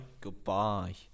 Goodbye